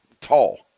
tall